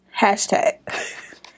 Hashtag